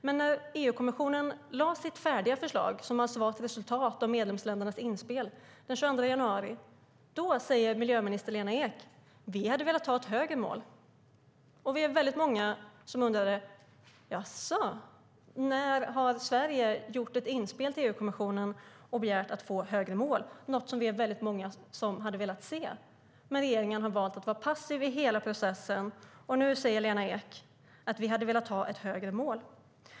Men när EU-kommissionen lade fram sitt färdiga förslag, som alltså var ett resultat av medlemsländernas inspel, den 22 januari säger miljöminister Lena Ek: Vi hade velat ha ett högre mål. Då var vi väldigt många som undrade: Jaså? När har Sverige gjort ett inspel till EU-kommissionen och begärt att få högre mål, något som vi är väldigt många som hade velat se? Men regeringen har valt att vara passiv i hela processen. Och nu säger Lena Ek: Vi hade velat ha ett högre mål.